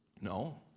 No